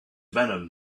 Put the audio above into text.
venom